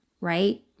right